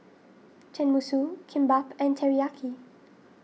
Tenmusu Kimbap and Teriyaki